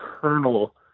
kernel